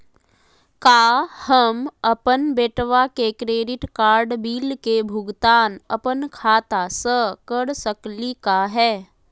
का हम अपन बेटवा के क्रेडिट कार्ड बिल के भुगतान अपन खाता स कर सकली का हे?